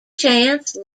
chance